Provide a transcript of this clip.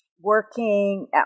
working